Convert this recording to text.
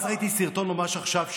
אז ראיתי סרטון ממש עכשיו,